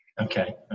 Okay